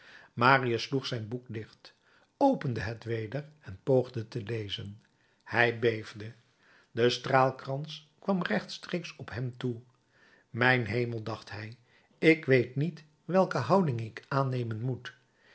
marius sloeg zijn boek dicht opende het weder en poogde te lezen hij beefde de straalkrans kwam rechtstreeks op hem toe mijn hemel dacht hij ik weet niet welke houding ik aannemen moet